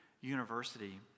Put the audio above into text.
university